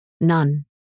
None